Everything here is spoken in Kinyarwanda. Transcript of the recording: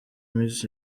miss